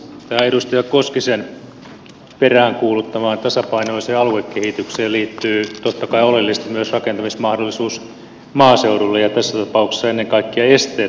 tähän edustaja koskisen peräänkuuluttamaan tasapainoiseen aluekehitykseen liittyy totta kai oleellisesti myös rakentamismahdollisuus maaseudulle ja tässä tapauksessa ennen kaikkea esteet maaseuturakentamisen osalta